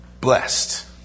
blessed